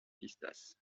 pistas